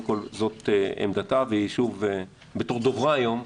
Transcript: כל זאת עמדתה ושוב בתור דוברה היום,